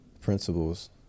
principles